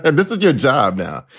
and this is your job now.